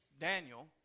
Daniel